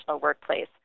workplace